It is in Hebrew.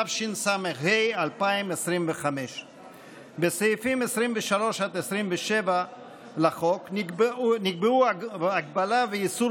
התשס"ה 2025. בסעיפים 23 עד 27 לחוק נקבעו הגבלה ואיסור